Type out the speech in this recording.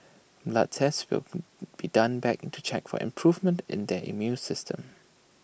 blood tests will be done back into check for improvements in their immune systems